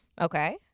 okay